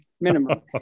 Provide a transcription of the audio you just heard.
minimum